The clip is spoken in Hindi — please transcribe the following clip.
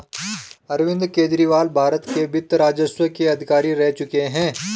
अरविंद केजरीवाल भारत के वित्त राजस्व के अधिकारी रह चुके हैं